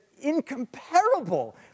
incomparable